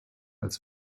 als